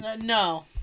No